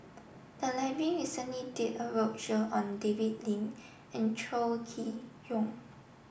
the library recently did a roadshow on David Lim and Chow Chee Yong